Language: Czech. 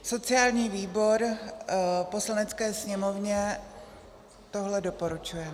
Sociální výbor Poslanecké sněmovně tohle doporučuje.